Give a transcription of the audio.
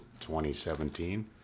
2017